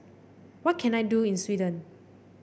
what can I do in Sweden